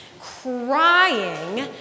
crying